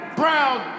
brown